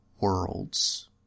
worlds